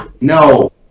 No